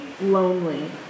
lonely